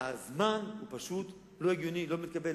הזמן הוא פשוט לא הגיוני, לא מתקבל.